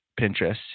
Pinterest